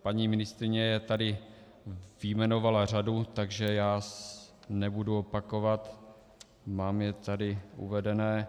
Paní ministryně jich tady vyjmenovala řadu, takže je nebudu opakovat, mám je tady uvedené.